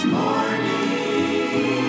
morning